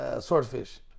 Swordfish